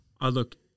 Look